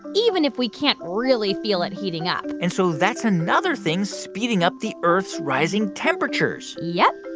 even if we can't really feel it heating up and so that's another thing speeding up the earth's rising temperatures yup.